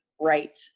right